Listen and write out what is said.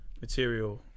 material